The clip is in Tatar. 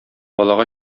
балага